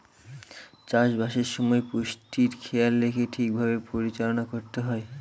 চাষবাসের সময় পুষ্টির খেয়াল রেখে ঠিক ভাবে পরিচালনা করতে হয়